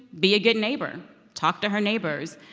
be a good neighbor, talk to her neighbors,